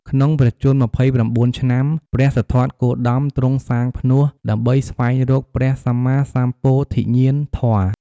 ក្នុងព្រះជន្ម ២៩ ឆ្នាំ ព្រះសិទ្ធត្ថគោតមទ្រង់សាងផ្នួសដើម្បីស្វែងរកព្រះសម្មាសម្ពោធិញ្ញាណធម៌។